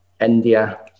India